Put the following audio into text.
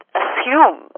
assume